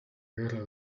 guerra